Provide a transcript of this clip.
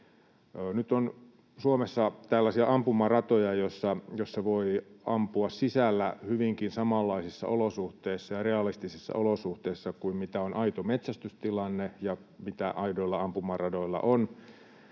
Nyt on Suomessa tällaisia ampumaratoja, joilla voi ampua sisällä hyvinkin samanlaisissa olosuhteissa ja realistisissa olosuhteissa kuin mitä on aito metsästystilanne ja mitä aidoilla ampumaradoilla on.